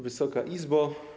Wysoka Izbo!